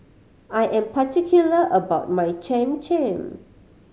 I am particular about my Cham Cham